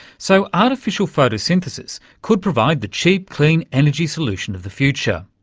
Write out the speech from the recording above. so artificial photosynthesis could provide the cheap, clean energy solution of the future.